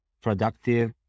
productive